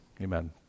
Amen